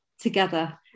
together